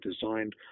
designed